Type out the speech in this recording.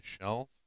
shelf